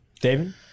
David